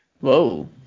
Whoa